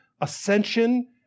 ascension